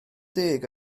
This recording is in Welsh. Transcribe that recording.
deg